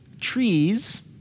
trees